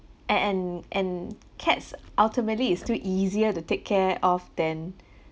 and and and cats ultimately it's still easier to take care of than